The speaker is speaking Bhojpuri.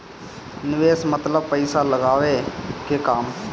निवेस मतलब पइसा लगावे के काम